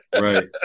Right